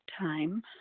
time